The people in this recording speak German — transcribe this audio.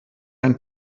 ein